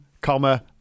comma